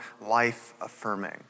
life-affirming